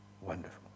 Wonderful